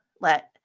let